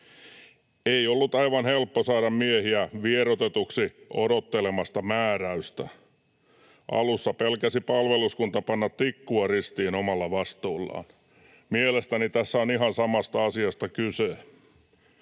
Ei ollut aivan helppo saada miehiä vieroitetuksi odottelemasta määräystä. Alussa pelkäsi palveluskunta panna tikkua ristiin omalla vastuullaan.” Mielestäni tässä on ihan samasta asiasta kyse.